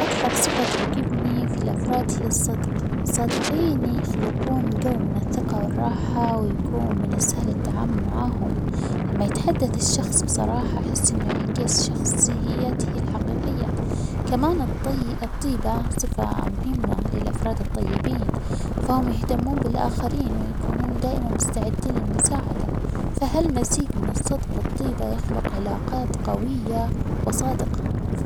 أكثر صفة تعجبني في الأفراد هي الصدق، الصادقين يخلقون جو من الثقة والراحة ويكون من السهل التعامل معاهم لما يتحدث الشخص بصراحة أحص إنو يعكس شخصيته الحقيقية، كمان الطي-الطيبة صفة مهمة للأفراد الطيبين فهم يهتمون بالآخرين ويكونون دائماً مستعدين للمساعدة، فهالمزيج من الصدق والطيبة يخلق علاقات قوية وصادقة.